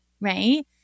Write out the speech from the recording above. Right